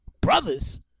brothers